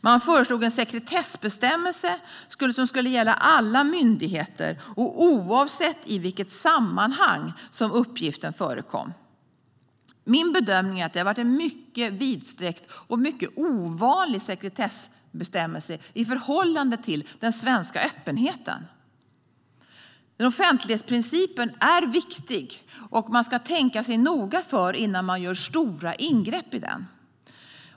Man föreslog en sekretessbestämmelse som skulle gälla alla myndigheter och oavsett i vilket sammanhang uppgiften förekom. Min bedömning är att det har varit en mycket vidsträckt och mycket ovanlig sekretessbestämmelse i förhållande till den svenska öppenheten. Offentlighetsprincipen är viktig, och man ska tänka sig noga för innan man gör stora ingrepp i den.